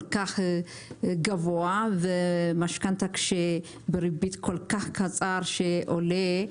כך גבוה ומשכנתה בריבית כל כך קצרה שעולה.